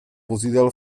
vozidel